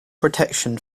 protection